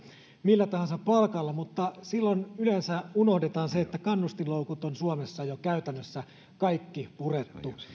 millä tahansa palkalla mutta silloin yleensä unohdetaan se että kannustinloukut on suomessa jo käytännössä kaikki purettu